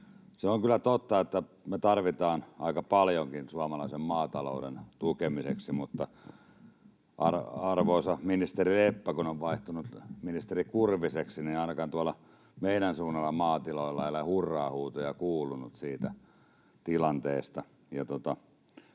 Se on kyllä totta, että me tarvitaan aika paljonkin suomalaisen maatalouden tukemiseksi, mutta arvoisa ministeri Leppä kun on vaihtunut ministeri Kurviseksi, niin ainakaan tuolla meidän suunnalla maatiloilla ei ole hurraa-huutoja kuulunut siitä tilanteesta.